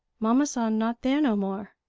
mama san not there no more.